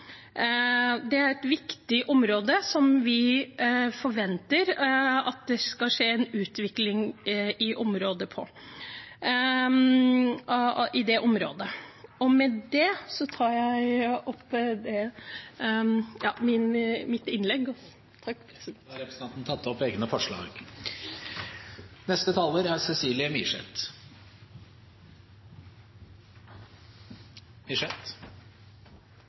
Det er et viktig område vi forventer at det skal skje en utvikling på. Med det tar jeg opp forslaget fra SV og Rødt. Representanten Marian Hussein har tatt opp det forslaget hun refererte til. En grunnleggende utfordring i helse- og